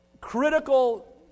critical